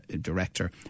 director